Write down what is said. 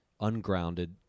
ungrounded